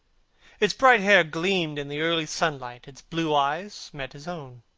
its bright hair gleamed in the early sunlight. its blue eyes met his own.